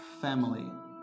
family